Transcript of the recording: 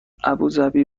ابوذبی